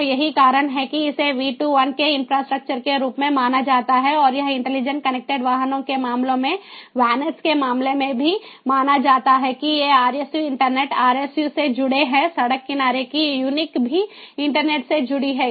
तो यही कारण है कि इसे V 2 I के इंफ्रास्ट्रक्चर के रूप में जाना जाता है और यह इंटेलिजेंट कनेक्टेड वाहनों के मामले में VANETs के मामले में भी माना जाता है कि ये RSU इंटरनेट RSU से जुड़े हैं सड़क किनारे की यूनिक भी इंटरनेट से जुड़ी हैं